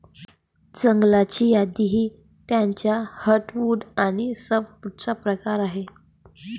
जंगलाची यादी ही त्याचे हर्टवुड आणि सॅपवुडचा प्रकार आहे